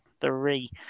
three